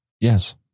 Yes